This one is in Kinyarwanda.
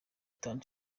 itatu